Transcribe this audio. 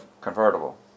convertible